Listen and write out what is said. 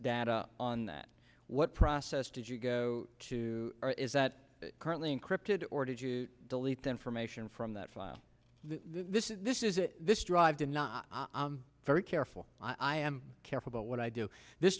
data on that what process did you go to is that currently encrypted or did you delete the information from that file this is this is this dr did not i'm very careful i am careful but what i do this